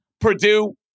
Purdue